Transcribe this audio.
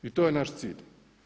I to je naš cilj.